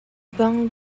ban